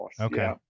Okay